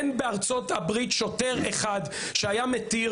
אין בארצות הברית שוטר אחד שהיה מתיר